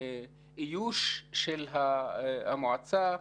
החשיבות שלהן